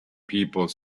people